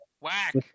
Whack